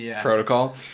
protocol